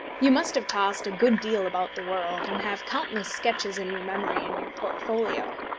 you must have tossed a good deal about the world, and have countless sketches in your memory and your portfolio.